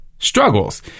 struggles